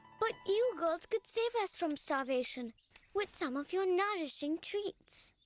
but you girls could save us from starvation with some of your nourishing treats.